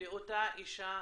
לאותה אישה